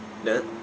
that